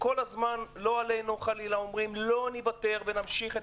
כל הזמן אומרים "לא נוותר ונמשיך",